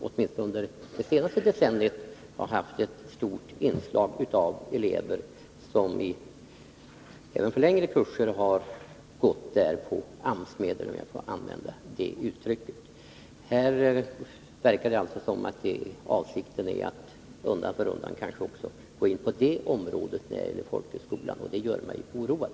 Åtminstone under det senaste decenniet har ju folkhögskolan haft ett stort inslag av elever, även på längre kurser, som gått där på AMS-medel, om jag får använda det uttrycket. Här verkar det alltså som om avsikten är att undan för undan gå in på det området när det gäller folkhögskolan, och det gör mig oroad.